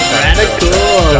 radical